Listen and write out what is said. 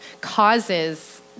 causes